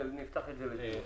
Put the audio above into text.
ונפתח את זה לדיון.